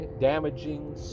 damaging